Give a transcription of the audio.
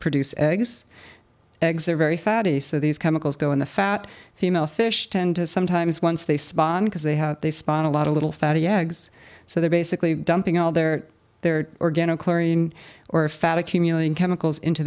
produce eggs eggs are very fatty so these chemicals go in the fat female fish tend to sometimes once they spawn because they have they spawn a lot of little fatty eggs so they're basically dumping all their their organic lorien or fat accumulating chemicals into